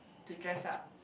to dress up